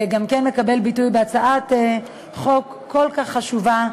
גם כן מקבל ביטוי בהצעת חוק כל כך חשובה,